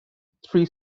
three